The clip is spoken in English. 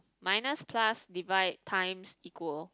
minus plus divide times equal